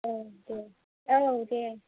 औ दे औ दे आं